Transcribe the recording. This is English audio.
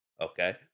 okay